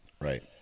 Right